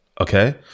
Okay